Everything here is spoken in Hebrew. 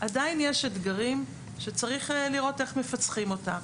עדיין יש אתגרים שצריך לראות איך מפצחים אותם.